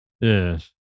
Yes